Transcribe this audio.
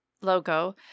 logo